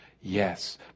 yes